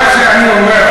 מה שאני אומר,